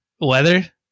weather